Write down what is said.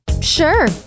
Sure